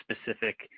specific